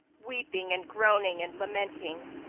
weeping and groaning and lamenting,